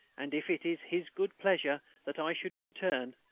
and if it is his good pleasure that i should return,